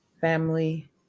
family